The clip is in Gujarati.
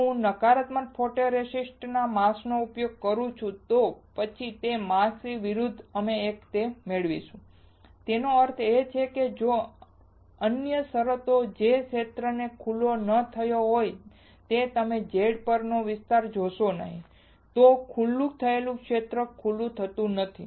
જો હું નકારાત્મક ફોટોરેસિસ્ટવાળા માસ્કનો ઉપયોગ કરું છું તો પછી તે માસ્કથી વિરુદ્ધ અમે તે મેળવીશું તેનો અર્થ એ કે અહીં જો અન્ય શરતોમાં જે ક્ષેત્ર જે ખુલ્લો ન થયો હોય તે તમે Z પરનો વિસ્તાર જોશો નહીં તો ખુલ્લું થયેલું ક્ષેત્ર ખુલ્લું થતું નથી